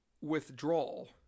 withdrawal